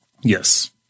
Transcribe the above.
Yes